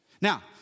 Now